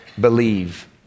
believe